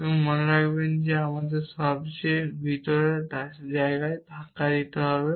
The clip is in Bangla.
বা মনে রাখবেন যে আমাদের সবচেয়ে ভিতরের জায়গায় ধাক্কা দিতে হবে